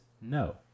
no